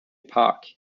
park